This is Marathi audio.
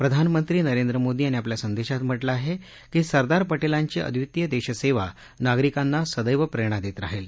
प्रधानमंत्री नरेंद्र मोदी यांनी आपल्या संदेशात म्हटलं आहे की सरदार पटेलांची अद्वितीय देशसेवा नागरिकांना सदैव प्रेरणा देत राहिल